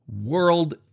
world